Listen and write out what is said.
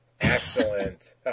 Excellent